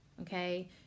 Okay